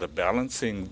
the balancing